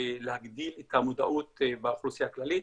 להגדיל את המודעות באוכלוסייה הכללית